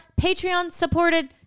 Patreon-supported